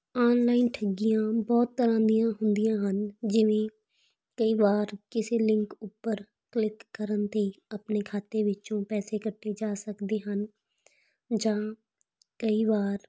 online ਠੱਗੀਆਂ ਬਹੁਤ ਤਰ੍ਹਾਂ ਦੀਆਂ ਹੁੰਦੀਆਂ ਹਨ ਜਿਵੇਂ ਕਈ ਵਾਰ ਕਿਸੇ ਲਿੰਕ ਉੱਪਰ ਕਲਿੱਕ ਕਰਨ ਦੀ ਆਪਣੇ ਖਾਤੇ ਵਿੱਚੋਂ ਪੈਸੇ ਕੱਟੇ ਜਾ ਸਕਦੇ ਹਨ ਜਾਂ ਕਈ ਵਾਰ